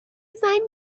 زنگ